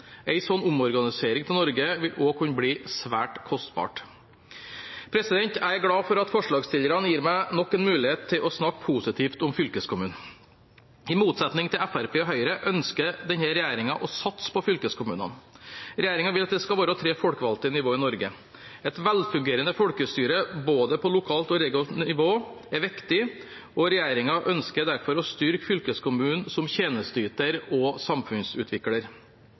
omorganisering av Norge vil også kunne bli svært kostbar. Jeg er glad for at forslagsstillerne gir meg nok en mulighet til å snakke positivt om fylkeskommunen. I motsetning til Fremskrittspartiet og Høyre ønsker denne regjeringen å satse på fylkeskommunene. Regjeringen vil at det skal være tre folkevalgte nivåer i Norge. Et velfungerende folkestyre både på lokalt og regionalt nivå er viktig, og regjeringen ønsker derfor å styrke fylkeskommunen som tjenesteyter og samfunnsutvikler.